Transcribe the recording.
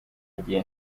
igihe